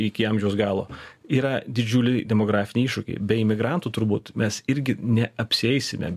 iki amžiaus galo yra didžiuliai demografiniai iššūkiai be imigrantų turbūt mes irgi neapsieisime